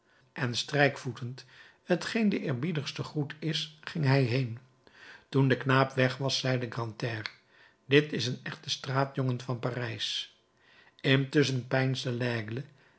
en strijkvoetend t geen de eerbiedigste groet is ging hij heen toen de knaap weg was zeide grantaire dit is een echte straatjongen van parijs intusschen